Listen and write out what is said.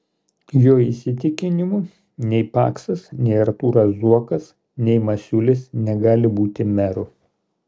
jo įsitikinimu nei paksas nei artūras zuokas nei masiulis negali būti meru